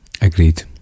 Agreed